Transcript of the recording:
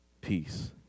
peace